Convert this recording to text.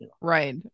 Right